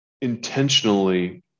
intentionally